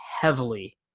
heavily